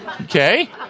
okay